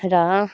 र